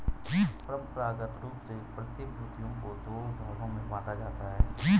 परंपरागत रूप से प्रतिभूतियों को दो भागों में बांटा जाता है